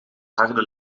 harde